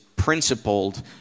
principled